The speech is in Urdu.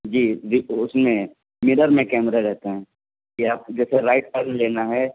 جی جی تو اس میں میرر میں کیمرے رہتے ہیں کہ آپ کو جیسے رائٹ ٹرن لینا ہے